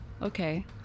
Okay